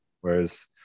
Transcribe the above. Whereas